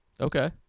Okay